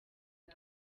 bwa